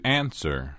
answer